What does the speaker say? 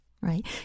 Right